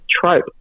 trope